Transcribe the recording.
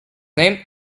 named